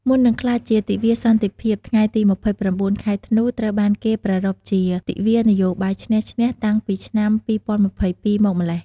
មុននឹងក្លាយជា ទិវាសន្តិភាព ថ្ងៃទី ២៩ ខែធ្នូ ត្រូវបានគេប្រារព្ធជា ទិវានយោបាយឈ្នះ-ឈ្នះ តាំងពីឆ្នាំ ២០២២ មកម្ល៉េះ។